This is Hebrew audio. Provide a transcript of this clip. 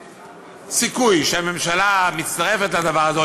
סיכוי כלשהו שהממשלה מצטרפת לדבר הזה,